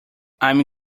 i’m